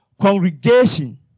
congregation